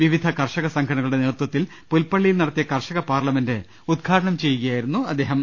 വിവിധ കർഷകസംഘടനകളുടെ നേതൃത്വത്തിൽ പുൽപ്പള്ളിയിൽ നടത്തിയ കർഷക പാർലമെന്റ ഉദ്ഘാടനം ചെയ്യുകയായിരുന്നു അദ്ദേഹം